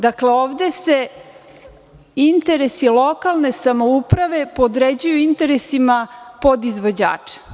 Dakle, ovde se interesi lokalne samouprave podređuju interesima podizvođača.